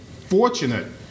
fortunate